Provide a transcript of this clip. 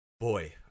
Boy